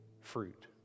fruit